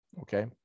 okay